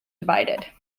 divided